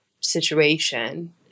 situation